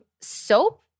soap